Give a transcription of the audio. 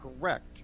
correct